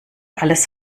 alles